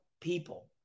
people